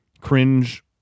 cringe